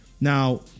Now